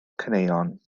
caneuon